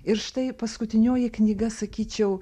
ir štai paskutinioji knyga sakyčiau